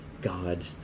God